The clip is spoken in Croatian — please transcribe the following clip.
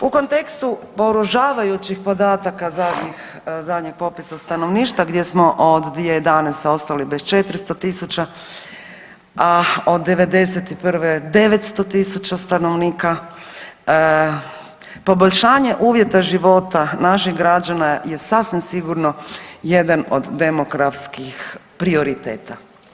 U kontekstu poražavajućih podataka zadnjih, zadnjeg popisa stanovništva gdje smo od 2011. ostali bez 400.000, od '91. 900.000 stanovnika poboljšanje uvjeta života naših građana je sasvim sigurno jedan od demografskih prioriteta.